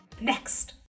Next